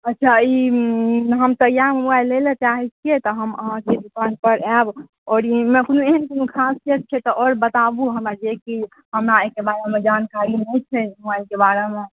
अच्छा ई तऽ हम वएह मोबाइल लए ला चाहै छियै तऽ हम अहाँकेँ दोकान पर आयब आओर कोनो एहन कोनो खास फीचर्स छै तऽ अहाँ बताबु हमरा जेकि हमरा आइके बाद